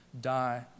die